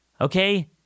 Okay